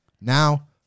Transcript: Now